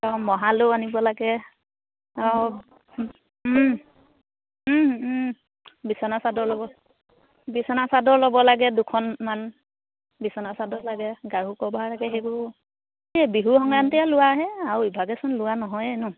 অঁ মহালেও আনিব লাগে আৰু বিচনা চাদৰ ল'ব বিচনা চাদৰ ল'ব লাগে দুখনমান বিচনা চাদৰ লাগে গাৰু কভাৰ লাগে সেইবোৰ এই বিহু সংক্ৰান্তিয়ে লোৱাহে আৰু ইভাগেচোন লোৱা নহয়ে ন